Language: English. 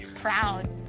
proud